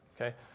Okay